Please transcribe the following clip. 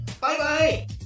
Bye-bye